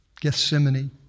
Gethsemane